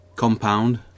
Compound